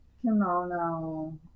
kimono